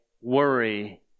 worry